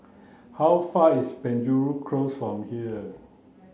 how far is Penjuru Close from here